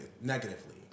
negatively